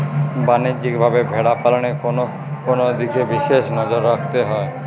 বাণিজ্যিকভাবে ভেড়া পালনে কোন কোন দিকে বিশেষ নজর রাখতে হয়?